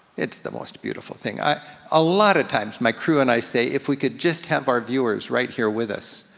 it's the most beautiful thing. a ah lot of times my crew and i say, if we could just have our viewers right here with us,